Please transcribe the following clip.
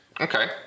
Okay